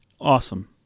awesome